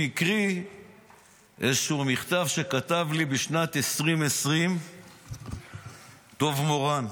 והקריא איזשהו מכתב שכתב לי בשנת 2020 דב מורן,